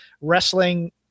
wrestling